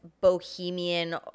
bohemian